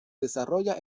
desarrolla